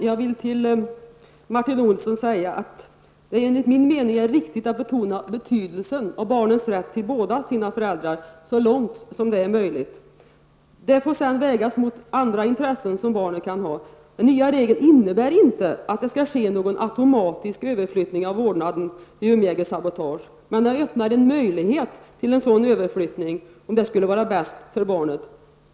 Herr talman! Till Martin Olsson vill jag säga att det enligt min mening är viktigt att betona betydelsen av barnens rätt till båda sina föräldrar så långt det är möjligt. Detta får sedan vägas mot andra intressen som barnen kan ha. Den nya regeln innebär inte att det skall ske någon automatisk överflyttning av vårdnaden vid umgängessabotage, men den öppnar en möjlighet till en sådan överflyttning, om det skulle vara bäst för barnet.